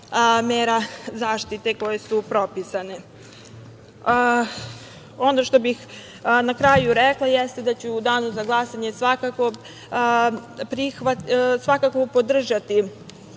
mera zaštite koje su propisane. Ono što bih na kraju rekla jeste da ću u danu za glasanje svakako podržati